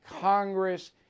Congress